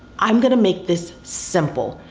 i'm gonna make this simple,